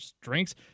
drinks